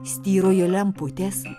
styrojo lemputes